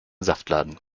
saftladen